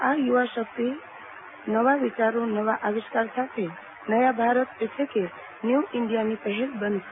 આ યુવા શક્તિ જ નવા વિચારો નવા આવિષ્કાર સાથે નયા ભારત એટલેકે ન્યુ ઇન્ડિયાની પહેલ બનશે